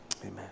amen